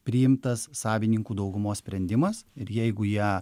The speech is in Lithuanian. priimtas savininkų daugumos sprendimas ir jeigu jie